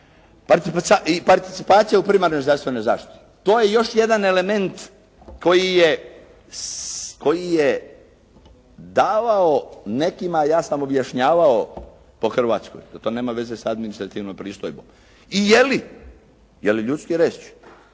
participacija u primarnoj zdravstvenoj zaštiti, to je još jedan element koji je davao nekima, a ja sam objašnjavao po Hrvatskoj da to nema veze s administrativnom pristojbom i je li ljudski reći